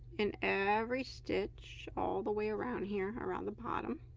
in every stitch all the way around here around the bottom